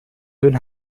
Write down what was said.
hun